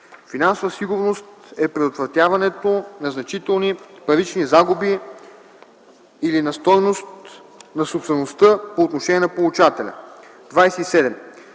„Финансова сигурност“ e предотвратяването на значителни парични загуби или на стойност на собствеността по отношение на получателя.